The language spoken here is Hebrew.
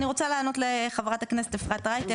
אני רוצה לענות לחברת הכנסת אפרת רייטן,